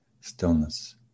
stillness